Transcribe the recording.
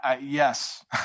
Yes